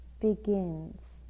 begins